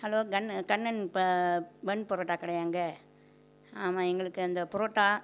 hello கண்ணு கண்ணன் ப bun parotta கடையாங்க ஆமாம் எங்களுக்கு அந்த பரோட்டா